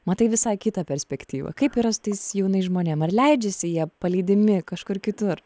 matai visai kitą perspektyvą kaip yra su tais jaunais žmonėm ar leidžiasi jie palydimi kažkur kitur